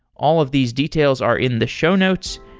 all of these details are in the show notes.